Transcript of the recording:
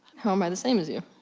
how am i the same as you?